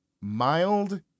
mild